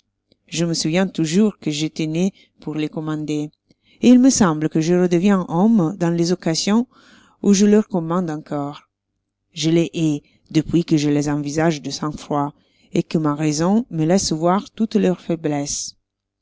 je me souviens toujours que j'étois né pour les commander et il me semble que je redeviens homme dans les occasions où je leur commande encore je les hais depuis que je les envisage de sang-froid et que ma raison me laisse voir toutes leurs foiblesses